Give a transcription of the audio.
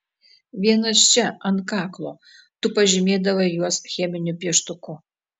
vienas čia ant kaklo tu pažymėdavai juos cheminiu pieštuku